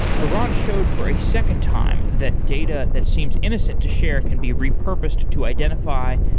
aran showed for a second time that data that seems innocent to share can be repurposed to identify,